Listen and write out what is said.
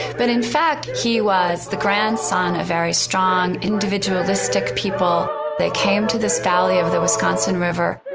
but in fact he was the grandson of very strong individualistic people that came to this valley of the wisconsin river.